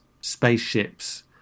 spaceships